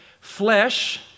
Flesh